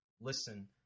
listen